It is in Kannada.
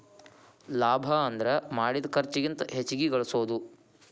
ಲಾಭ ಅಂದ್ರ ಮಾಡಿದ್ ಖರ್ಚಿಗಿಂತ ಹೆಚ್ಚಿಗಿ ಗಳಸೋದು